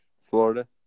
Florida